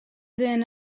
then